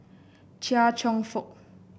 Chia Cheong Fook